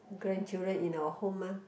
grandchildren in our home mah